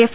F